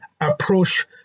approach